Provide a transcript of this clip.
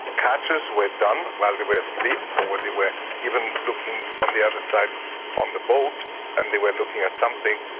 catches were done while they were asleep or when they were even looking on the other side on the boat and they were looking at something,